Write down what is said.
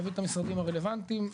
להביא את המשרדים הרלוונטיים,